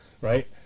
Right